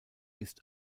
ist